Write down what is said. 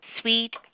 Sweet